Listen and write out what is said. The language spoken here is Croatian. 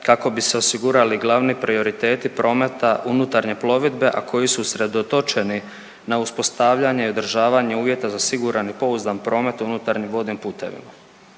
kako bi se osigurali glavni prioriteti prometa unutarnje plovidbe, a koji su usredotočeni na uspostavljanje i održavanje uvjeta za siguran i pouzdan promet u unutarnjim vodnim putevima.